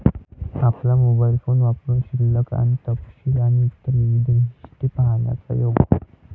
आपला mobile phone वापरुन शिल्लक आणि तपशील आणि इतर विविध वैशिष्ट्ये पाहण्याचा योग